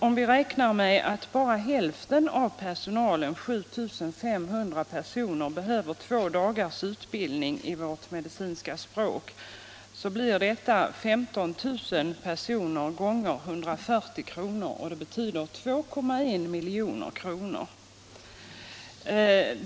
Om vi räknar med att bara ca 7 500 av dessa anställda behöver två dagars utbildning i vårt medicinska språk, blir kostnaden 15 000 gånger 140 kr. eller 2,1 milj.kr.